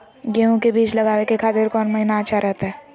गेहूं के बीज लगावे के खातिर कौन महीना अच्छा रहतय?